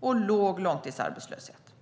och låg långtidsarbetslöshet.